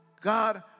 God